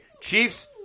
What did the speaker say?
Chiefs